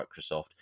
Microsoft